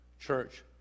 church